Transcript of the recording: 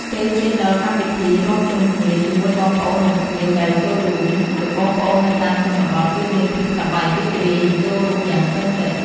ពេលឈានដល់កម្មវិធីរាំជុំគ្នាជាមួយបងប្អូននិងភ្ញៀវដែលចូលរួម ដោយបងប្អូននៅតាមជនបទគឺមានភាពសប្បាយរីករាយនិងចូលរួមយ៉ាងពេញចិត្ត។